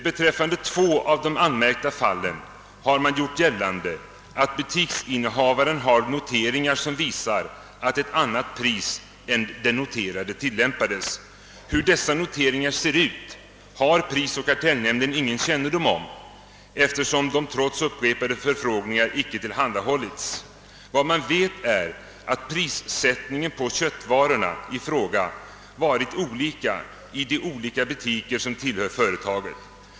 Beträffande två av de påtalade fallen har man gjort gällande att butiksinnehavaren har anteckningar, som visar att ett annat pris än det noterade tilllämpats. Hur dessa anteckningar ser ut har prisoch kartellnämnden ingen kännedom om, eftersom de trots upprepade förfrågningar icke tillhandahållits. Vad man vet är att prissättningen på köttvarorna i fråga varit olika i de butiker som tillhör företaget.